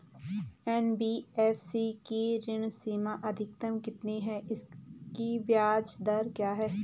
NBFC की ऋण सीमा अधिकतम कितनी है इसकी ब्याज दर क्या है?